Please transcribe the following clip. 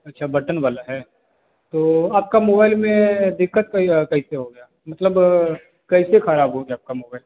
अच्छा बटन वाला है तो आपका मोबाइल में दिक्कत कै कैसे हो गया मतलब कैसे ख़राब हो गया आपका मोबाइल